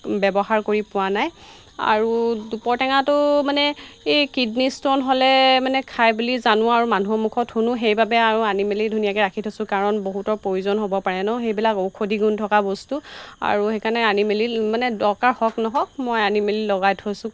ব্যৱহাৰ কৰি পোৱা নাই আৰু দুপৰটেঙাটো মানে এই কিডনি ষ্টন হ'লে মানে খাই বুলি জানোঁ আৰু মানুহৰ মুখত শুনোঁ সেইবাবে আৰু আনি মেলি ধুনীয়াকৈ ৰাখি থৈছোঁ কাৰণ বহুতৰ প্ৰয়োজন হ'ব পাৰে ন সেইবিলাক ঔষধি গুণ থকা বস্তু আৰু সেইকাৰণে আনি মেলি মানে দৰকাৰ হওক নহওক মই আনি মেলি লগাই থৈছোঁ